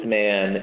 man